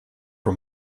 for